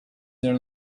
their